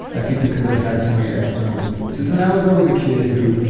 i think because i had so many external influences. and i was always a kid who,